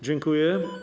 Dziękuję.